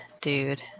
dude